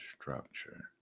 structure